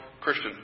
Christian